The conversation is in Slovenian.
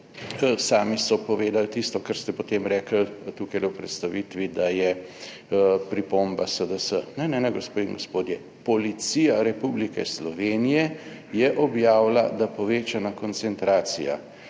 sami so povedali tisto, kar ste potem rekli tukaj v predstavitvi, da je pripomba SDS. Ne, ne, ne, gospe in gospodje, policija Republike Slovenije je objavila, da povečana koncentracija